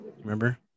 Remember